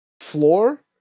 floor